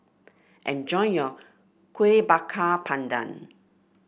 enjoy your Kueh Bakar Pandan